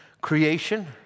creation